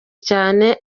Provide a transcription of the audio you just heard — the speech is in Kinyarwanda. cyane